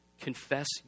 confess